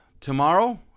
tomorrow